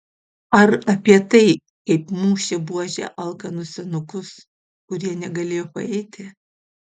ar apie tai kaip mušė buože alkanus senukus kurie negalėjo paeiti